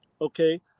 okay